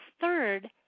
Third